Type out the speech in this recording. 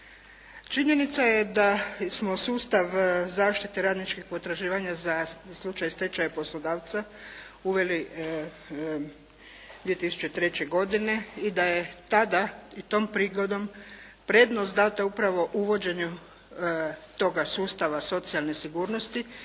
Činjenica je da smo sustav zaštite radničkih potraživanja za slučaj stečaja poslodavca uveli 2003. godine i da je tada i tom prigodom prednost data upravo uvođenju toga sustava socijalne sigurnosti,